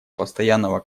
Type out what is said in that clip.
постоянного